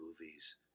movies